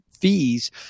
fees